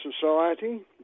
society